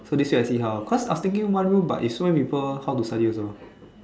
so they say I see how because I thinking one room but is so many people how to study also